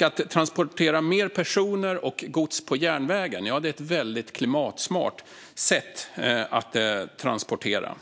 Att transportera mer personer och gods på järnväg är ett mycket klimatsmart sätt att transportera.